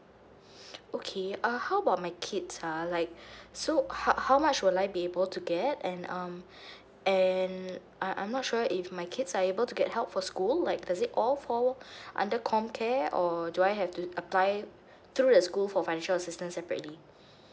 okay uh how about my kids ah like so how how much would I be able to get and um and I I'm not sure if my kids are able to get help for school like does it all fall under comcare or do I have to apply through the school for financial assistance separately